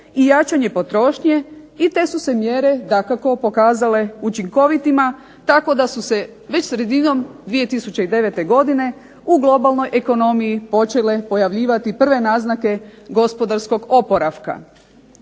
i jačanje potrošnje, i tu se mjere dakako pokazale učinkovitima, tako da su se već sredinom 2009. godine u globalnoj ekonomiji počele pojavljivati prve naznake gospodarskog oporavka.